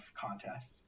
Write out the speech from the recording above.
contests